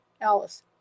Alice